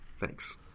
Thanks